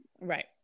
right